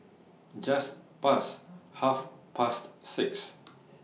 Just Past Half Past six